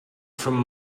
from